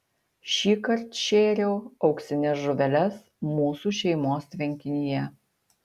šįkart šėriau auksines žuveles mūsų šeimos tvenkinyje